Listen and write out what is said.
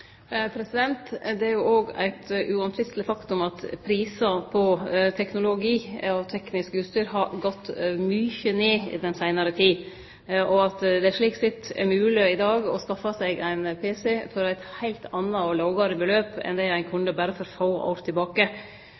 Det er jo òg eit uomtvisteleg faktum at prisane på teknologi og teknisk utstyr har gått mykje ned i den seinare tida, og at det slik sett er mogleg i dag å skaffe seg ein pc for eit helt anna og lågare beløp enn det ein kunne berre for få år tilbake.